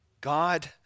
God